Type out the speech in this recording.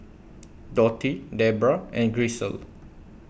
Dotty Debra and Grisel